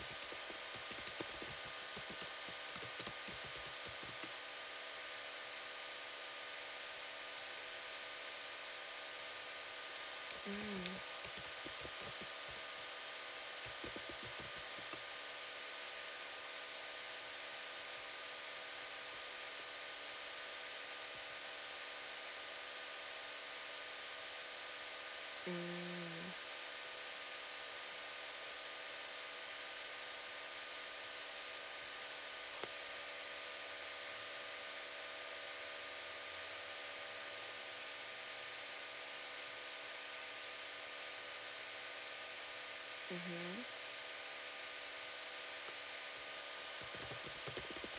mm mm